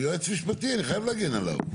הוא היועץ המשפטי, אני חייב להגן עליו.